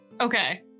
Okay